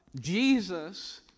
Jesus